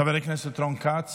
חבר הכנסת רון כץ